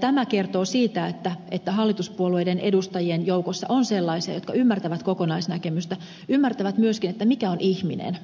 tämä kertoo siitä että hallituspuolueiden edustajien joukossa on sellaisia jotka ymmärtävät kokonaisnäkemystä ymmärtävät myöskin mikä on ihminen